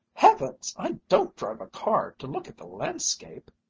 heavens! i don't drive a car to look at the landscape!